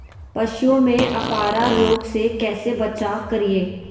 पशुओं में अफारा रोग से कैसे बचाव करिये?